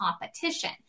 competition